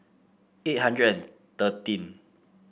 eight hundred thirteen